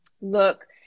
look